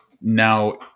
now